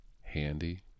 Handy